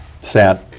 Sad